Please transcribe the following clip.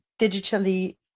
digitally